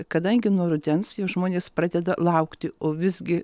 kadangi nuo rudens jau žmonės pradeda laukti o visgi